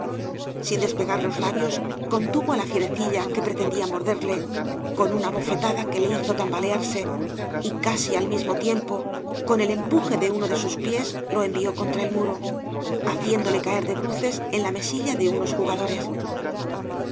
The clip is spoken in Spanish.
sin despegar los labios contuvo á la fierecilla que pretendía morderle con un bofetada que le hizo tambalearse y casi al mismo tiempo con el empuje de uno de sus pies lo envió contra el muro haciéndole caer de bruces en la mesilla de unos jugadores